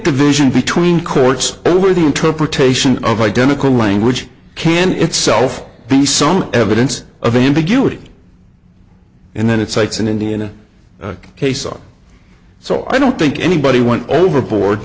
division between courts over the interpretation of identical language can itself be some evidence of ambiguity and then it cites an indiana case up so i don't think anybody went overboard